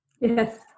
Yes